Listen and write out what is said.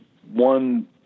one